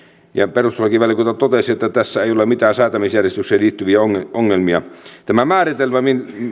perustuslakivaliokunta totesi että tässä ei ole mitään säätämisjärjestykseen liittyviä ongelmia tämä määritelmä